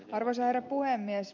arvoisa herra puhemies